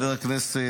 השר כץ,